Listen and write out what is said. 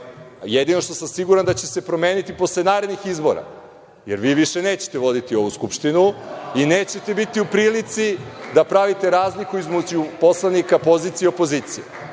Jedino što sam siguran da će se promeniti posle narednih izbora, jer vi više nećete voditi ovu Skupštinu i nećete biti u prilici da pravite razliku između poslanika pozicije i opozicije.